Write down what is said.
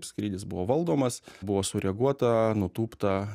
skrydis buvo valdomas buvo sureaguota nutūpta